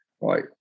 right